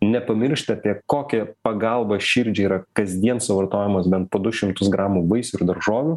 nepamiršti apie kokia pagalba širdžiai yra kasdien suvartojamas bent po du šimtus gramų vaisių ir daržovių